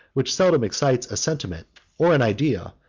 which seldom excites a sentiment or an idea,